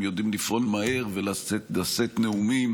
הם יודעים לפעול מהיר ולשאת נאומים